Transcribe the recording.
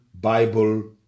Bible